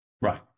Right